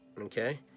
okay